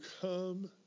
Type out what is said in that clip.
come